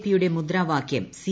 പിയുടെ മുദ്രാവാക്യം സി